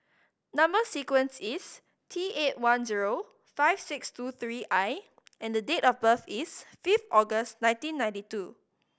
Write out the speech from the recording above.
number sequence is T eight one zero five six two three I and date of birth is five August nineteen ninety two